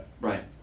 Right